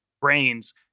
brains